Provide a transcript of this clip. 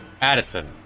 Addison